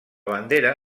bandera